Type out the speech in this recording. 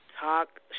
Talk